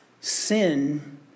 sin